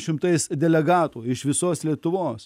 šimtais delegatų iš visos lietuvos